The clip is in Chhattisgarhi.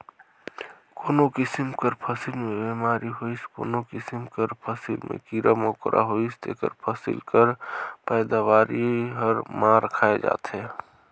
कोनो किसिम कर फसिल में बेमारी होइस कोनो किसिम कर फसिल में कीरा मकोरा होइस तेकर फसिल कर पएदावारी हर मार खाए जाथे